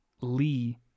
Lee